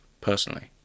Personally